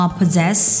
possess